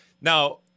Now